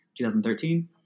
2013